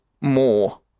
more